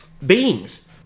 Beings